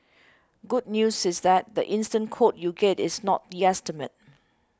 good news is that the instant quote you get is not the estimate